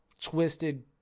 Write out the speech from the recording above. twisted